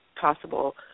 possible